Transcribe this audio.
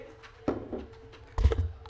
להשית על העסקים והתושבים כי זה לא מה שאנחנו רוצים.